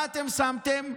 מה אתם שמתם?